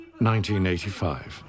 1985